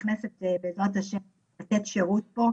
שנכנסת בעזרת השם לתת שירות פה.